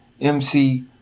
mc